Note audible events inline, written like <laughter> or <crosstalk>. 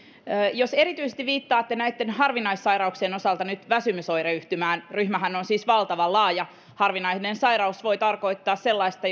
jos viittaatte näitten harvinaissairauksien osalta nyt erityisesti väsymysoireyhtymään ryhmähän on siis valtavan laaja harvinainen sairaus voi tarkoittaa sellaista <unintelligible>